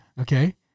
okay